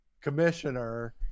commissioner